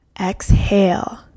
Exhale